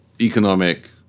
economic